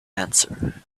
answer